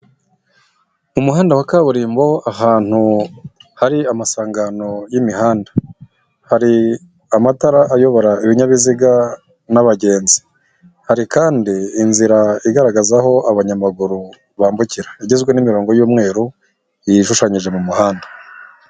Umuhanda wa kaburimbo, ahantu hari amasangano y'imihanda. Hari amatara ayobora ibinyabiziga n'abagenzi. Hari kandi inzira igaragaza aho abanyamaguru bambukira, igizwe n'imirongo y'umweru, yishushanyije mu muhanda.